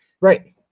right